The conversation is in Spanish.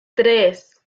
tres